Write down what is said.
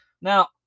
Now